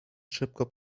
szybko